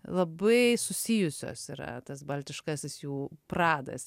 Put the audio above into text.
labai susijusios yra tas baltiškasis jų pradas